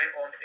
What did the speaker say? on